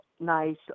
nice